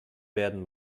werden